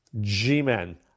G-Men